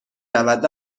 رود